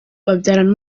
babyarana